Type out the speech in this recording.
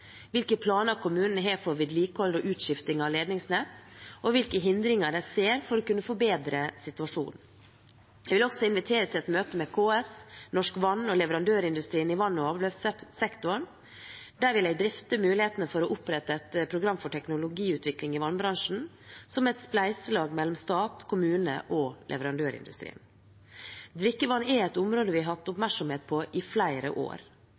hvilke planer kommunene har for vedlikehold og utskiftning av ledningsnett og hvilke hindringer de ser for å kunne forbedre situasjonen. Jeg vil også invitere til et møte med KS, Norsk Vann og leverandørindustrien i vann- og avløpssektoren. Der vil jeg drøfte mulighetene for å opprette et program for teknologiutvikling i vannbransjen som et spleiselag mellom stat, kommune og leverandørindustrien. Drikkevann er et område vi har hatt oppmerksomhet på i flere år.